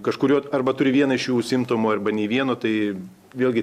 kažkurio arba turi vieną iš šių simptomų arba nei vieno tai vėlgi